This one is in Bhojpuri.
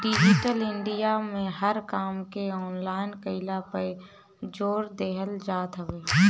डिजिटल इंडिया में हर काम के ऑनलाइन कईला पअ जोर देहल जात हवे